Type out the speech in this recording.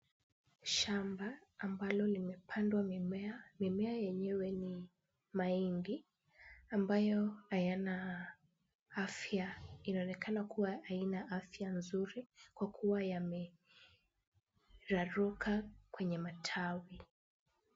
Shamba ambalo limepandwa mimea, mimea yenyewe ni mahindi ambayo hayana afya. Inaonekana kuwa haina afya nzuri kwa kuwa yameraruka kwenye matawi.